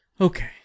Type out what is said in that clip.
Okay